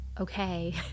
okay